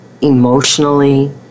emotionally